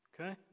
Okay